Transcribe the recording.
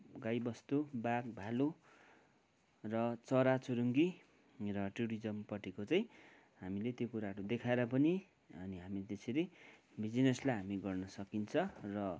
गाई बस्तु बाघ भालु र चराचुरुङ्गी र टुरिज्मपट्टिको चाहिँ हामीले त्यो कुराहरू देखाएर पनि अनि हामी त्यसरी बिजिनेसलाई हामी गर्न सकिन्छ र